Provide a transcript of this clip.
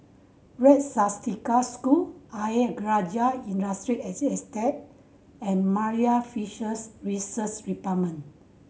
Red Swastika School Ayer Rajah Industrial Estate and Marine Fisheries Research Department